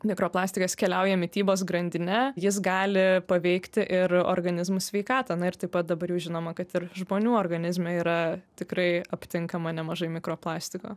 mikroplastikas keliauja mitybos grandine jis gali paveikti ir organizmų sveikatą ir taip pat dabar jau žinoma kad ir žmonių organizme yra tikrai aptinkama nemažai mikroplastiko